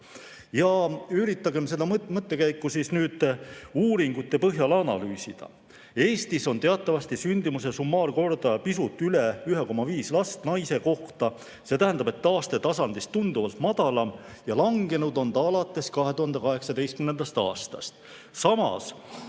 Üritagem seda mõttekäiku nüüd uuringute põhjal analüüsida. Eestis on teatavasti sündimuse summaarkordaja pisut üle 1,5 lapse naise kohta, see tähendab, et taastetasandist tunduvalt madalam, ja langenud on see alates 2018. aastast. Samas